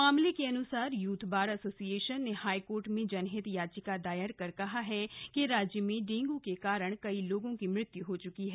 मामले के अनुसार यूथ बार एसोसिएशन ने हाईकोर्ट में जनहित याचिका दायर कर कहा है कि राज्य में डेंगू के कारण कई लोगों की मृत्यु हो चुकी है